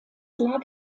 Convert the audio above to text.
lag